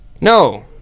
No